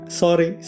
sorry